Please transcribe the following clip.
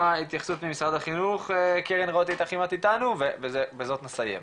התייחסות ממשרד החינוך --- איתנו ובזאת נסיים.